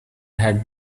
had